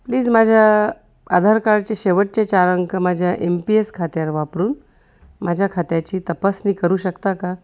please माझ्या आधार कार्डचे शेवटचे चारा अंक माझ्या एम पी एस खात्यावर वापरून माझ्या खात्याची तपासणी करू शकता का